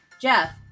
Jeff